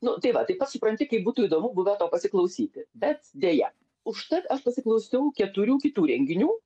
nu tai va taip pat supranti kaip būtų įdomu buvę to pasiklausyti bet deja užtat aš pasiklausiau keturių kitų renginių